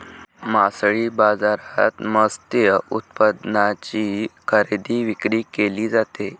मासळी बाजारात मत्स्य उत्पादनांची खरेदी विक्री केली जाते